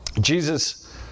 Jesus